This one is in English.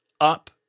up